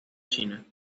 china